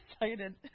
excited